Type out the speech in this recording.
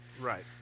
Right